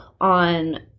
on